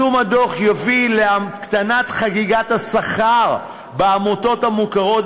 יישום הדוח יוביל להקטנת חגיגת השכר בעמותות המוכרות